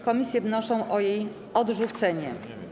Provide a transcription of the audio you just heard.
Komisje wnoszą o jej odrzucenie.